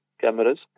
cameras